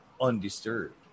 undisturbed